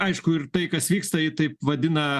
aišku ir tai kas vyksta ji taip vadina